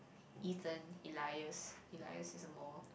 Ethan Elias Elias is a more